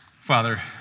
Father